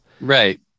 Right